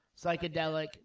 psychedelic